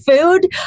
food